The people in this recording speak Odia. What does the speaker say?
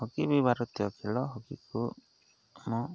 ହକି ବି ଭାରତୀୟ ଖେଳ ହକିକୁ ଆମ